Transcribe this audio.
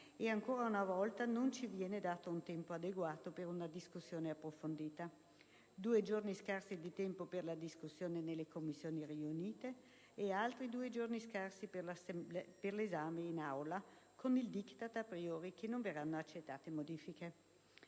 e ancora una volta non ci viene dato un tempo adeguato per una discussione approfondita. Due giorni scarsi di tempo per la discussione nelle Commissioni riunite e altri due giorni scarsi per l'esame in Aula, con il *diktat* *a priori* che non verranno accettate modifiche.